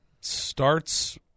starts